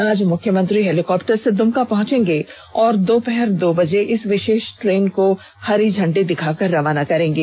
आज मुख्यमंत्री हेलीकाप्टर से दुमका पहचेंगे और दोपहर दो बजे इस विषेष ट्रेन को हरी झंडी दिखाकर रवाना करेंगे